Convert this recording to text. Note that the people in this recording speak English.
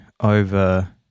over